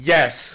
Yes